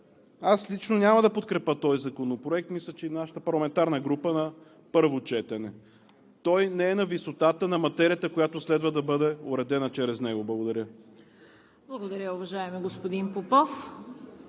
аз лично няма да подкрепя този законопроект, а мисля, че и нашата парламентарна група, на първо четене. Той не е на висотата на материята, която следва да бъде уредена чрез него. Благодаря. ПРЕДСЕДАТЕЛ ЦВЕТА КАРАЯНЧЕВА: Благодаря, уважаеми господин Попов.